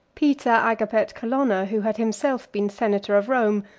peter agapet colonna, who had himself been senator of rome,